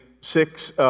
six